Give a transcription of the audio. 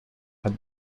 had